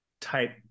type